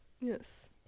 yes